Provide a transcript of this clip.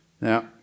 Now